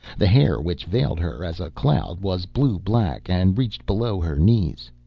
the hair, which veiled her as a cloud, was blue-black and reached below her knees.